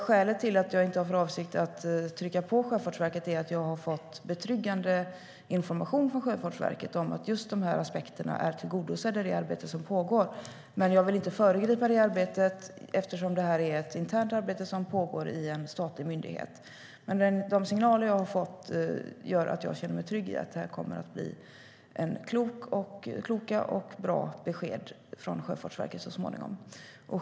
Skälet till att jag inte har för avsikt att trycka på Sjöfartsverket är att jag har fått betryggande information om att dessa aspekter är tillgodosedda i det arbete som pågår där. Jag vill inte föregripa det arbetet eftersom det är ett internt arbete som pågår i en statlig myndighet. Men de signaler jag har fått gör att jag känner mig trygg i att det kommer kloka och bra besked från Sjöfartsverket så småningom.